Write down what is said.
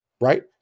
right